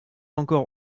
encore